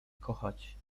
kochać